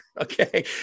Okay